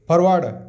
forward